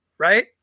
Right